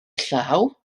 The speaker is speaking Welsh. llaw